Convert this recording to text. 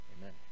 Amen